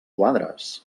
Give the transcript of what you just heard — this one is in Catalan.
quadres